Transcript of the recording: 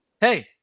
Hey